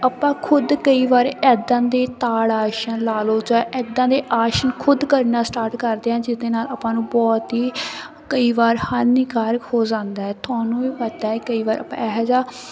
ਆਪਾਂ ਖੁਦ ਕਈ ਵਾਰ ਐਦਾਂ ਦੇ ਤਾੜ ਆਸਣ ਲਾ ਲਉ ਜਾਂ ਐਦਾਂ ਦੇ ਆਸਣ ਖੁਦ ਕਰਨਾ ਸਟਾਟ ਕਰਦੇ ਹਾਂ ਜਿਹਦੇ ਨਾਲ ਆਪਾਂ ਨੂੰ ਬਹੁਤ ਹੀ ਕਈ ਵਾਰ ਹਾਨੀਕਾਰਕ ਹੋ ਜਾਂਦਾ ਤੁਹਾਨੂੰ ਵੀ ਪਤਾ ਹੈ ਕਈ ਵਾਰ ਆਪਾਂ ਇਹੋ ਜਿਹਾ